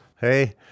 Hey